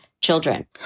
children